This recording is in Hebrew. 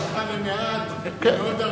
מה שאצלך זה מעט אצלי זה עוד הרבה.